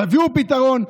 תביאו פתרון,